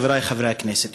חברי חברי הכנסת,